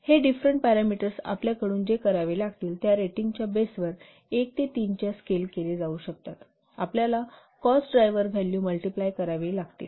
तर हे different parameters आपल्याकडून जे करावे लागतील त्या रेटिंगच्या बेसवर एक ते तीन च्या स्केल केले जाऊ शकतात आपल्याला कॉस्ट ड्राइव्हर व्हॅल्यू मल्टिप्लाय करावी लागतील